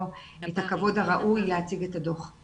את הכבוד הראוי להציג את הדוח לוועדה.